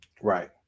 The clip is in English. Right